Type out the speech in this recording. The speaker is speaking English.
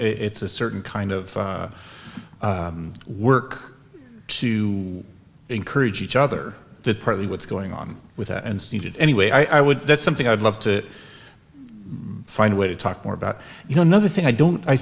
it's a certain kind of work to encourage each other that probably what's going on with us and seeded anyway i would that's something i'd love to find a way to talk more about you know another thing i don't i